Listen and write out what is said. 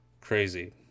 Crazy